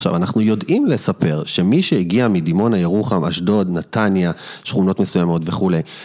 עכשיו, אנחנו יודעים לספר שמי שהגיע מדימון אירוחם, אשדוד, נתניה, שכונות מסוימות וכולי.